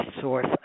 source